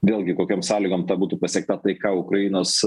vėlgi kokiom sąlygom būtų pasiekta taika ukrainos